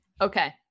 Okay